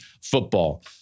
football